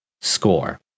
score